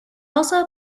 also